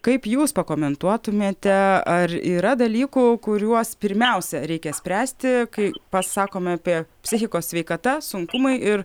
kaip jūs pakomentuotumėte ar yra dalykų kuriuos pirmiausia reikia spręsti kai pasakome apie psichikos sveikata sunkumai ir